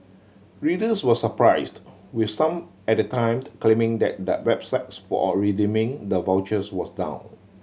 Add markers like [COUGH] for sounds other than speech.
readers were surprised with some at the timed claiming that the websites for [UNINTELLIGIBLE] redeeming the vouchers was down